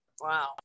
Wow